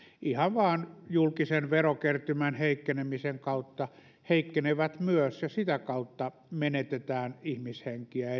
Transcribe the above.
ihan vain julkisen verokertymän heikkenemisen kautta heikkenevät ja sitä kautta menetetään ihmishenkiä